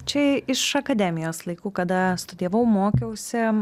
čia iš akademijos laikų kada studijavau mokiausi